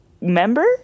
member